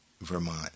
Vermont